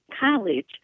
college